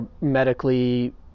medically